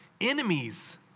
enemies